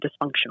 dysfunctional